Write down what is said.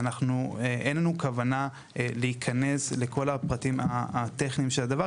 אין לנו כוונה להיכנס לכל הפרטים הטכניים של הדברים,